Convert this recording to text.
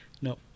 No